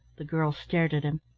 the girl stared at him.